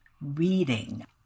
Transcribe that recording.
reading